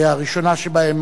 הראשונה שבהן,